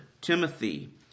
Timothy